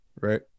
right